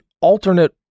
alternate